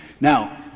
Now